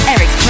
Eric